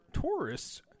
tourists